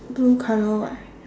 blue colour what